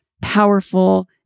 Powerful